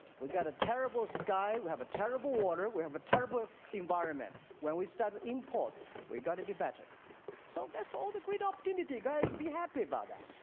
we've got a terrible sky we have a terrible water we have a terrible environment when we start import we got to be better so that's all the great opportunity guys be happy about that